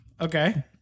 Okay